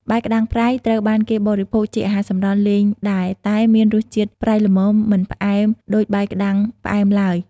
បាយក្ដាំងប្រៃត្រូវបានគេបរិភោគជាអាហារសម្រន់លេងដែរ តែមានរសជាតិប្រៃល្មម មិនផ្អែមដូចបាយក្ដាំងផ្អែមឡើយ។